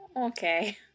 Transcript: Okay